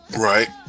Right